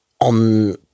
On